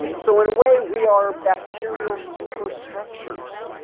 um so in a way we are bacterial super-structures.